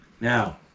Now